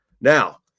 Now